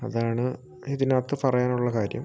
അതാണ് ഇതിനകത്ത് പറയാനുള്ള കാര്യം